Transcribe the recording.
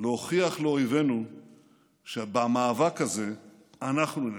להוכיח לאויבינו שבמאבק הזה אנחנו ננצח.